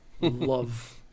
love